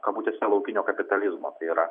kabutėse laukinio kapitalizmo tai yra